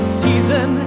season